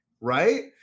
right